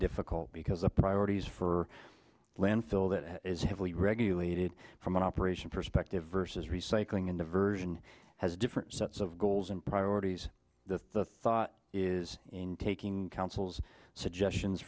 difficult because a priority is for landfill that it is heavily regulated from an operation perspective versus recycling and diversion has different sets of goals and priorities the thought is taking councils suggestions